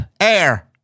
air